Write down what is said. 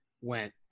went